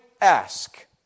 ask